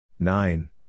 Nine